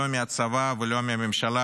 לא מהצבא ולא מהממשלה,